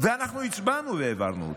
ואנחנו הצבענו והעברנו אותו.